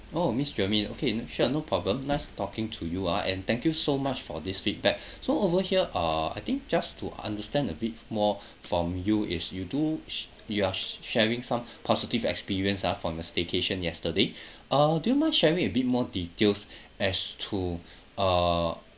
oh miss jermaine okay sure no problem nice talking to you ah and thank you so much for this feedback so over here uh I think just to understand a bit more from you is you do you're sharing some positive experience ah from your staycation yesterday uh do you mind sharing a bit more details as to uh